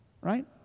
Right